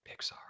Pixar